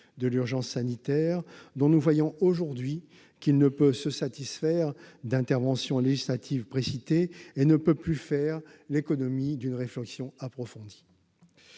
de l'urgence sanitaire, dont nous voyons aujourd'hui qu'il ne peut se satisfaire d'interventions législatives précipitées. Nous ne pourrons pas faire l'économie d'une réflexion approfondie.